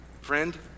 friend